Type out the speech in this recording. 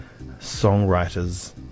songwriters